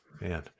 man